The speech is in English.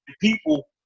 people